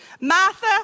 Martha